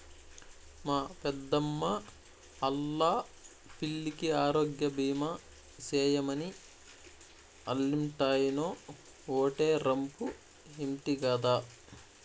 మా పెద్దమ్మా ఆల్లా పిల్లికి ఆరోగ్యబీమా సేయమని ఆల్లింటాయినో ఓటే రంపు ఇంటి గదా